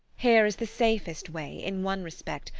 here is the safest way, in one respect,